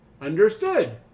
Understood